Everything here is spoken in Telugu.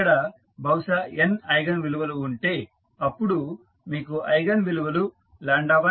ఇక్కడ బహుశా n ఐగన్ విలువలు ఉంటే అప్పుడు మీకు ఐగన్ విలువలు 12